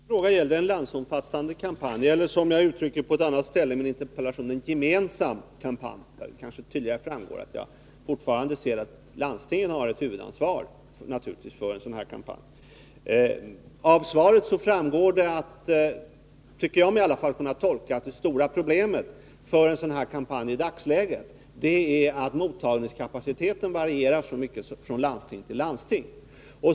Herr talman! Min fråga gällde en landsomfattande kampanj eller, som jag uttryckt det på ett annat ställe i min interpellation, en gemensam kampanj. Därav kanske det tydligare framgår att jag fortfarande anser att landstingen skall ha huvudansvaret för en sådan här kampanj. Av svaret framgår — så tycker jag att det skall tolkas — att det stora problemet i dagsläget när det gäller en sådan kampanj är att mottagningskapaciteten varierar mycket från landsting till landsting.